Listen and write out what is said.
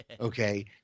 okay